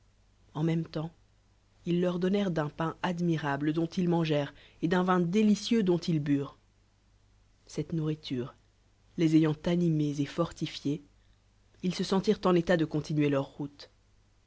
en même temps ils lenr donnèrent d'un pain admirable dont ils mangèrent et d'nn vin délicieux dont ils burent cette nourriture les ayant animée et forlifiés ils se senûrent en état de continuer leur route